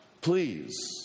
Please